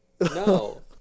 no